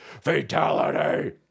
Fatality